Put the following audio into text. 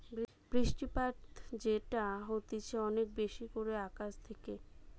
বৃষ্টিপাত যেটা হতিছে অনেক বেশি করে আকাশ থেকে